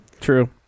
true